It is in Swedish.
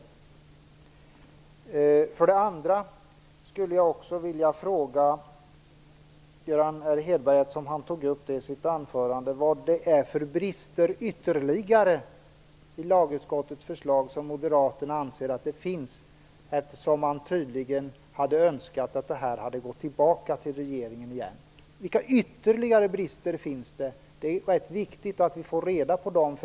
För det andra skulle jag också vilja fråga Göran R Hedberg, eftersom han tog upp det i sitt anförande, vad det är för ytterligare brister i lagutskottets förslag som Moderaterna anser att det finns, eftersom man tydligen hade önskat att det gått tillbaka till regeringen igen. Vilka ytterligare brister finns det? Det är rätt viktigt att vi får reda på dem.